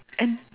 and